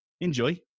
Enjoy